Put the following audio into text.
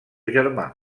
germà